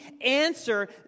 answer